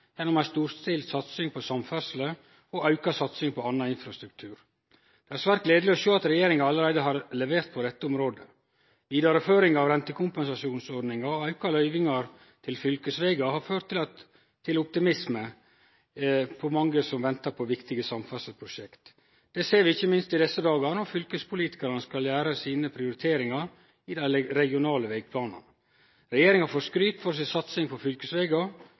gjennom ei storstilt satsing på samferdsel og auka satsing på anna infrastruktur. Det er svært gledeleg å sjå at regjeringa allereie har levert på dette området. Vidareføring av rentekompensasjonsordninga og auka løyvingar til fylkesvegar har ført til optimisme for mange som ventar på viktige samferdselsprosjekt. Det ser vi ikkje minst i desse dagane, når fylkespolitikarane skal gjere sine prioriteringar i dei regionale vegplanane. Regjeringa får skryt for si satsing på fylkesvegar,